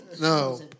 No